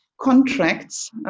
contracts